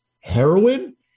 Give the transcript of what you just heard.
heroin